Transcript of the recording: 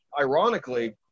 ironically